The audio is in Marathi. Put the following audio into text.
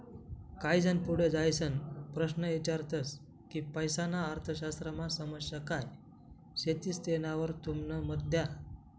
काही जन पुढे जाईसन प्रश्न ईचारतस की पैसाना अर्थशास्त्रमा समस्या काय शेतीस तेनावर तुमनं मत द्या